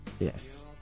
Yes